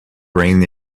brain